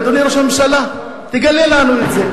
אדוני ראש הממשלה, תגלו לנו את זה.